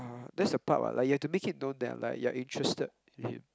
that's the part what like you have to make it known that like you are interested in him